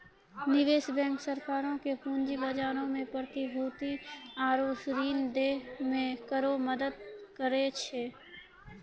निवेश बैंक सरकारो के पूंजी बजारो मे प्रतिभूति आरु ऋण दै मे करै मदद करै छै